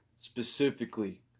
specifically